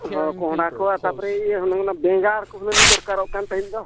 ᱦᱮᱸ ᱠᱚᱸᱦᱰᱟ ᱠᱚ ᱛᱟᱨᱯᱚᱨᱮ ᱤᱭᱟᱹ ᱦᱩᱱᱟᱹᱝ ᱵᱮᱜᱟᱲ ᱠᱚ ᱦᱩᱱᱟᱹᱜ ᱫᱚᱨᱠᱟᱨᱚᱜ ᱠᱟᱱ ᱛᱟᱦᱮᱱ ᱫᱚ